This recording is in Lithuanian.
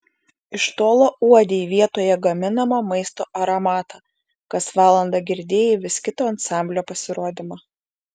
iš tolo uodei vietoje gaminamo maisto aromatą kas valandą girdėjai vis kito ansamblio pasirodymą